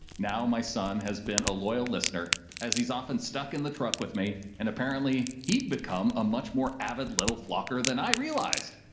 now my son has been a loyal listener as he's often stuck in the truck with me. and apparently he'd become a much more avid little flocker than i realized.